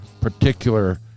particular